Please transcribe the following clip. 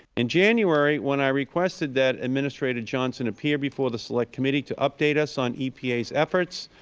in january, when i requested that administrator johnson appear before the select committee to update us on epa's efforts,